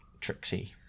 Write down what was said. tricksy